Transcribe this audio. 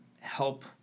help